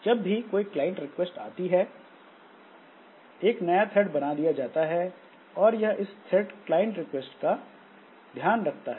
जब भी कोई क्लाइंट रिक्वेस्ट आती है एक नया थ्रेड बना दिया जाता है और यह थ्रेड इस क्लाइंट रिक्वेस्ट का ध्यान रखता है